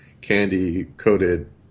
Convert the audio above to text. candy-coated